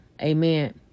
Amen